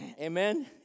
Amen